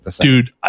dude